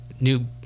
new